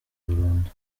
burundu